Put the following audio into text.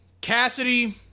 Cassidy